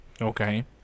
Okay